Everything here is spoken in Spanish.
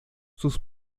sus